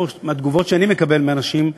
מהתגובות שאני מקבל מאנשים,